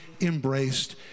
embraced